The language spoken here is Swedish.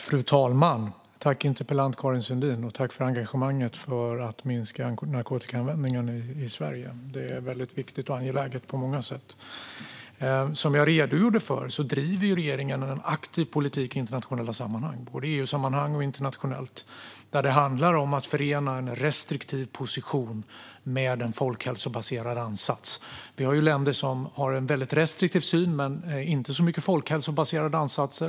Fru talman! Jag tackar interpellanten Karin Sundin för detta och för hennes engagemang för att minska narkotikaanvändningen i Sverige. Det är väldigt och angeläget på många sätt. Som jag redogjorde för driver regeringen en aktiv politik både i EU-sammanhang och internationellt. Där handlar det om att förena en restriktiv position med en folkhälsobaserad ansats. Det finns länder som har en väldigt restriktiv syn men inte så mycket folkhälsobaserade ansatser.